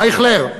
אייכלר,